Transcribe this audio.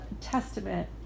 testament